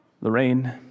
Lorraine